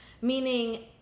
Meaning